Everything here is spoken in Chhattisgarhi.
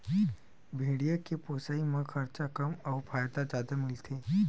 भेड़िया के पोसई म खरचा कम अउ फायदा जादा मिलथे